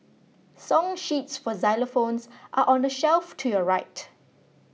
song sheets for xylophones are on the shelf to your right